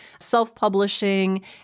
self-publishing